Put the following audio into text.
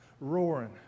roaring